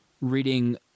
reading